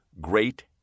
Great